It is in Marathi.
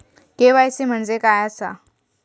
के.वाय.सी म्हणजे काय आसा?